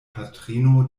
patrino